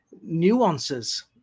nuances